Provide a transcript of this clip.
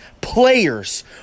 players